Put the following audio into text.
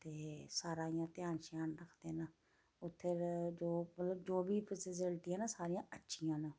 ते सारा इ'यां ध्यान श्यान रखदे न उत्थें जो मतलब जो बी फेसलटियां न सारियां अच्छियां न